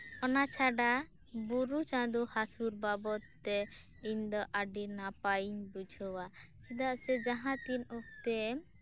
ᱚᱱᱟ ᱪᱷᱟᱰᱟ ᱵᱩᱨᱩ ᱪᱟᱸᱫᱳ ᱦᱟᱹᱥᱩᱨ ᱵᱟᱵᱚᱫ ᱛᱮ ᱤᱧᱫᱚ ᱟᱹᱰᱤ ᱱᱟᱯᱟᱭᱤᱧ ᱵᱩᱡᱷᱟᱹᱣᱟ ᱪᱮᱫᱟᱜ ᱥᱮ ᱡᱟᱦᱟᱸ ᱛᱤᱱ ᱚᱠᱛᱮ